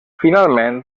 finalment